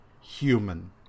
human